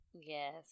Yes